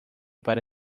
para